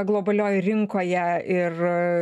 globalioj rinkoje ir